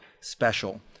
special